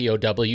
POW